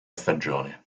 stagione